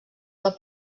del